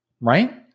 Right